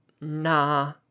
Nah